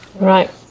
Right